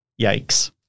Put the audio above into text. Yikes